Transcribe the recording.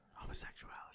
Homosexuality